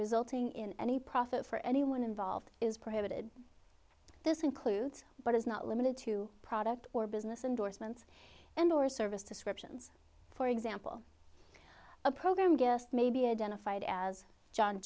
resulting in any profit for anyone involved is prohibited this includes but is not limited to product or business indorsements and or service descriptions for example a program guest may be identified as john